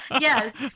Yes